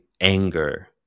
anger